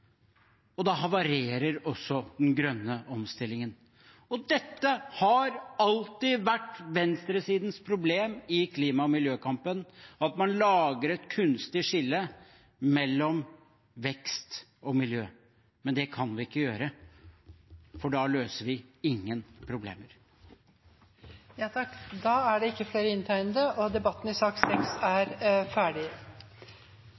og da havarerer også den grønne omstillingen. Dette har alltid vært venstresidens problem i klima- og miljøkampen: Man lager et kunstig skille mellom vekst og miljø. Men det kan vi ikke gjøre, for da løser vi ingen problemer. Flere har ikke bedt om ordet til sak nr. 6. Etter ønske fra energi- og miljøkomiteen vil presidenten ordne debatten